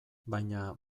baina